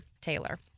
Taylor